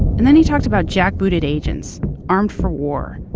and then he talked about jackbooted agents armed for war,